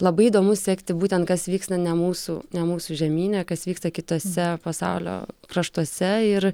labai įdomu sekti būtent kas vyksta ne mūsų ne mūsų žemyne kas vyksta kituose pasaulio kraštuose ir